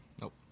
Nope